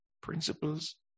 principles